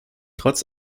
trotz